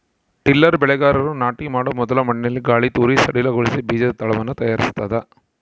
tiller ಬೆಳೆಗಾರರು ನಾಟಿ ಮಾಡೊ ಮೊದಲು ಮಣ್ಣಿನಲ್ಲಿ ಗಾಳಿತೂರಿ ಸಡಿಲಗೊಳಿಸಿ ಬೀಜದ ತಳವನ್ನು ತಯಾರಿಸ್ತದ